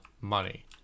money